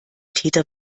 täter